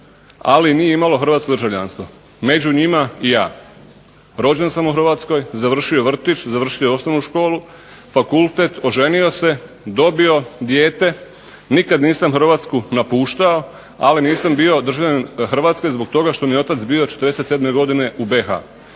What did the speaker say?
ali nije imalo hrvatsko državljanstvo, među njima i ja. Rođen sam u Hrvatskoj, završio vrtić, završio osnovnu školu, fakultet, oženio se, dobio dijete nikada nisam Hrvatsku napuštao ali nisam bio državljanin Hrvatske zbog toga što mi je otac bio 47. godine u BIH.